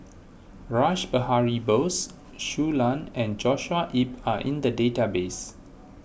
Rash Behari Bose Shui Lan and Joshua Ip are in the database